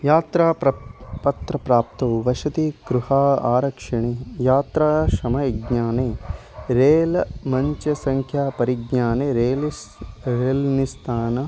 यात्रा प्र पत्रप्राप्तौ वसतिगृह आरक्षणे यात्राशमयज्ञानं रेलमञ्चसङ्ख्यापरिज्ञाने रेलिस् रेल्निस्थानम्